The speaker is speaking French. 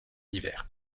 l’hiver